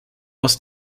was